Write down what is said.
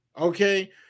okay